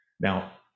now